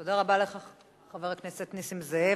תודה רבה לך, חבר הכנסת נסים זאב.